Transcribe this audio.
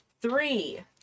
Three